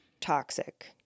toxic